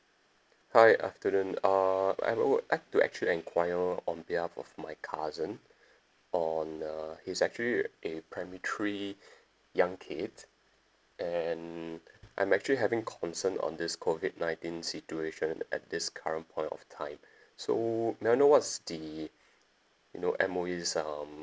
hi afternoon uh I would like to actually enquire on behalf of my cousin on uh he's actually a primary three young kid and I'm actually having concern on this COVID nineteen situation at this current point of time so may I know what's the you know M_O_E's um